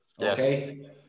okay